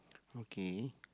okay